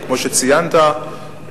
וכמו שציינת,